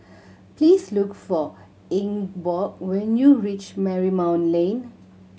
please look for Ingeborg when you reach Marymount Lane